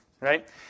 right